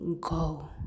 go